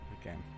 again